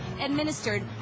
administered